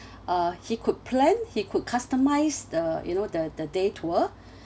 uh he could plan he could customise the you know the the day tour